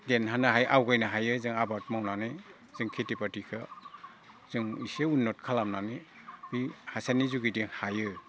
देनहोनो हायो आवगायनो हायो जों आबाद मावनानै जों खिथि बाथिखो जों एसे उनन्त खामनानै बै हासारनि जुगेदि हायो